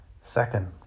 second